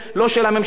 ובאמת,